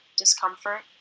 discomfort?